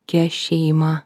kę šeimą